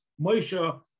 Moshe